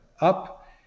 up